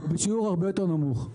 הוא בשיעור הרבה יותר נמוך.